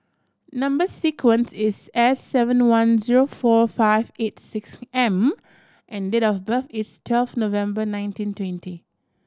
number sequence is S seven one zero four five eight six M and date of birth is twelve November nineteen twenty